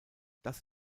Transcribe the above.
das